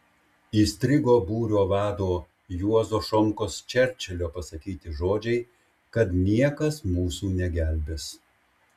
įstrigo būrio vado juozo šomkos čerčilio pasakyti žodžiai kad niekas mūsų negelbės